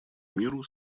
миру